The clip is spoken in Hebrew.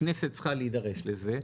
הכנסת צריכה להידרש לזה.